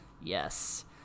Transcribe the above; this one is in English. Yes